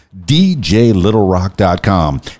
djlittlerock.com